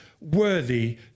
worthy